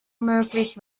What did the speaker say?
möglich